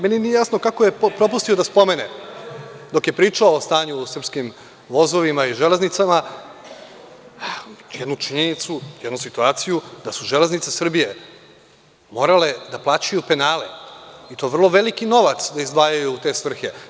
Meni nije jasno kako je propustio da spomene, dok je pričao o stanju u srpskim vozovima i železnicama, jednu činjenicu, jednu situaciju da su železnice Srbije morale da plaćaju penale, i to vrlo veliki novac da izdvajaju u te svrhe.